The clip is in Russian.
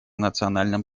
национальном